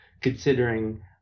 considering